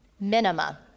Minima